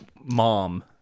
mom